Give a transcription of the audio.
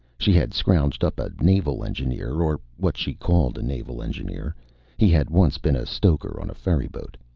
she had scrounged up a naval engineer, or what she called a naval engineer he had once been a stoker on a ferryboat.